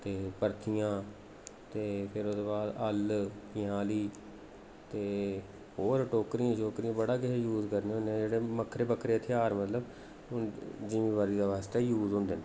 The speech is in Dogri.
ते परथियां ते फिर ओह्दे बाद हल्ल पंजाली ते होर टोकरियां शौकरियां बड़ा किश यूज़ करने होन्ने जेह्ड़े बक्खरे बक्खरे त्यार मतलब जमींबाड़ी आस्तै यूजस होंदे न